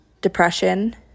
depression